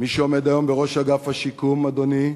מי שעומד היום בראש אגף השיקום, אדוני,